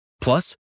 Plus